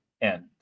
end